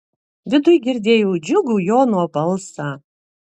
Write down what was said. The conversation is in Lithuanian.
viduj girdėjau džiugų jono balsą